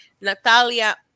Natalia